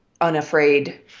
unafraid